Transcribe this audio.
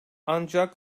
ancak